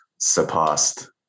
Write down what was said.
surpassed